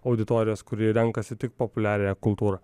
auditorijos kuri renkasi tik populiariąją kultūrą